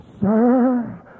sir